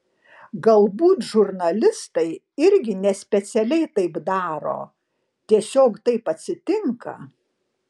galbūt žurnalistai irgi nespecialiai taip daro tiesiog taip atsitinka